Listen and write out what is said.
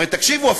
הרי תקשיבו,